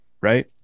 right